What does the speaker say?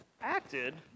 acted